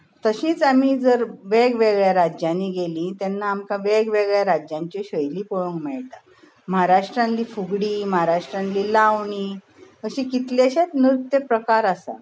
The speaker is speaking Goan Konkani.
तशींच आमी जर वेग वेगळ्या राज्यांनीं गेलीं तेन्ना आमकां वेग वेगळ्या राज्यांच्यो शैली पळोवंक मेळटात महाराष्ट्रांतली फुगडी महाराष्ट्रांतली लावणी अशी कितलेशेच नृत्य प्रकार आसात